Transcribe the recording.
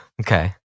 Okay